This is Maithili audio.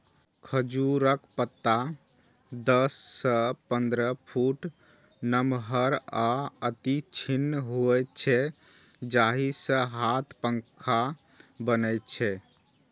खजूरक पत्ता दस सं पंद्रह फुट नमहर आ अति तीक्ष्ण होइ छै, जाहि सं हाथ पंखा बनै छै